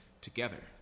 together